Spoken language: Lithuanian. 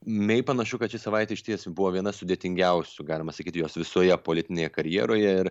mei panašu kad ši savaitė išties buvo vienas sudėtingiausių galima sakyti jos visoje politinėje karjeroje ir